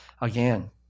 again